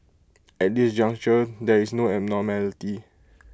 at this juncture there is no abnormality